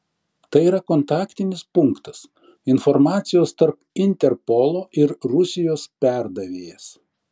tai yra kontaktinis punktas informacijos tarp interpolo ir rusijos perdavėjas